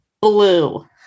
blue